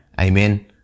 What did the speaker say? Amen